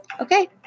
Okay